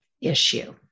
issue